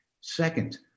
Second